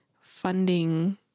funding